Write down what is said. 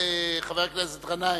חבר הכנסת גנאים,